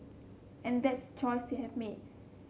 and that's choice they have made